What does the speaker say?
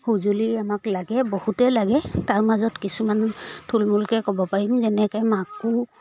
সঁজুলি আমাক লাগে বহুতে লাগে তাৰ মাজত কিছুমান থুলমূলকৈ ক'ব পাৰিম যেনেকে মাকো